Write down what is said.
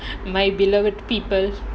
my beloved people